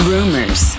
Rumors